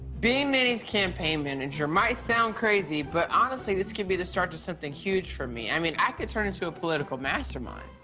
being nanny's campaign manager might sound crazy, but honestly, this could be the start of something huge for me. i mean, i could turn into a political mastermind.